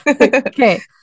okay